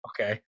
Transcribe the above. Okay